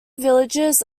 villages